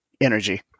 Energy